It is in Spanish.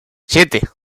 siete